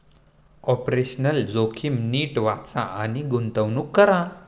operational जोखीम नीट वाचा आणि गुंतवणूक करा